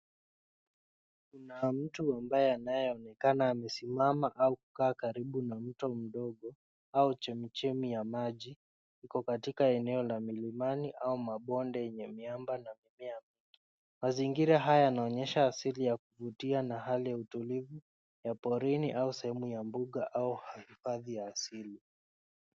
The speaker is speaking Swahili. Kuna mtu ambaye anayeonekana amesimama au kukàa karibu na mto mdogo, au chemichemi ya maji. Iko katika eneo la milimani au mabonde yenye miamba na mimea mingi. Mazingira haya yanaonyesha asili ya kuvutia na hali ya utulivu ya porini au sehemu ya mbuga au hifadhi ya asili.